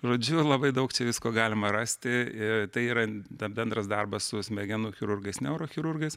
žodžiu labai daug čia visko galima rasti ir tai yra bendras darbas su smegenų chirurgais neurochirurgais